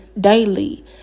daily